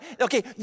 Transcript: okay